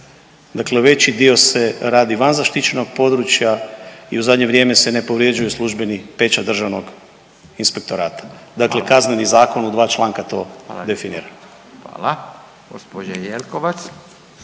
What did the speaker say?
dakle veći dio se radi van zaštićenog područja i u zadnje vrijeme se ne povrjeđuju službeni pečat Državnog inspektorata…/Upadica Radin: Hvala/…dakle Kazneni zakon u dva članka to definira.